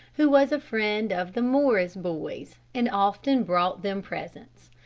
who was a friend of the morris boys, and often brought them presents.